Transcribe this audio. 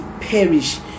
perish